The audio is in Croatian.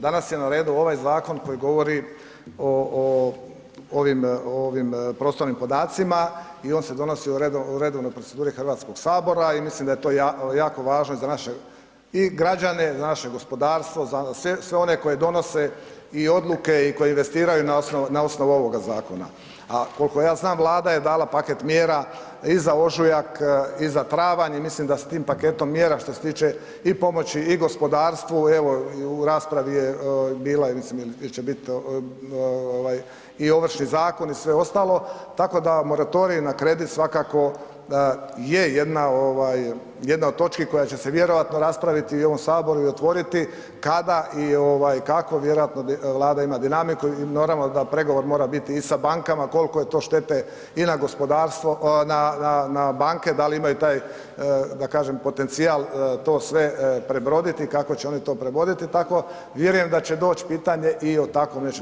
Danas je na redu ovaj zakon koji govori o ovim prostornim podacima i on se donosi u redovnoj proceduri HS-a i mislim da je to jako važno i za naše i građane i naše gospodarstvo, za sve one koji donose i odluke i koji investiraju na osnovu ovoga zakona, a koliko ja znam, Vlada je dala paket mjera i za ožujak i za travanj i mislim da s tim paketom mjera što se tiče i pomoći i gospodarstvu i evo i u raspravi je bila ili će biti i Ovršni zakon i sve ostalo, tako da moratorij na kredit svakako je jedna od točki koja će se vjerojatno raspraviti i u ovom Saboru i otvoriti kada i kako vjerojatno, Vlada ima dinamiku i naravno da pregovori mora biti i sa bankama, koliko je to štete i na gospodarstvo, na banke, da li imaju taj, da kažem, potencijal to sve prebroditi, kako će one to prebroditi, tako vjerujem da će doći pitanje i o tako nečemu.